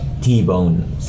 T-bone